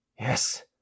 Yes